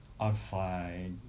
outside